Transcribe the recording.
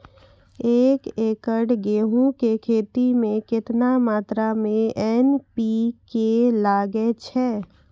एक एकरऽ गेहूँ के खेती मे केतना मात्रा मे एन.पी.के लगे छै?